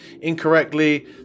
incorrectly